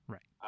Right